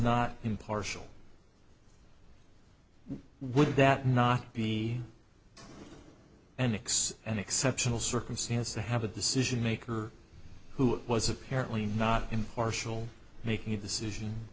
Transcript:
not impartial would that not be and it's an exceptional circumstance to have a decision maker who was apparently not impartial making a decision